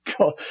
God